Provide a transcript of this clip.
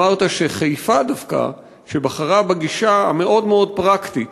שחיפה דווקא, שבחרה בגישה המאוד-מאוד פרקטית